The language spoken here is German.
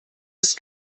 ist